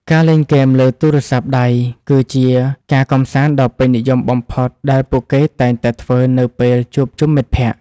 ការលេងហ្គេមលើទូរស័ព្ទដៃគឺជាការកម្សាន្តដ៏ពេញនិយមបំផុតដែលពួកគេតែងតែធ្វើនៅពេលជួបជុំមិត្តភក្តិ។